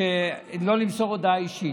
שלא למסור הודעה אישית.